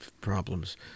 problems